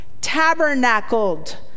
tabernacled